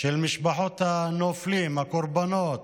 של משפחות הנופלים, הקורבנות,